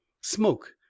Smoke